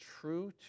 true